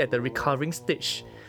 oh